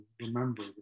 remember